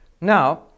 Now